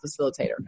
facilitator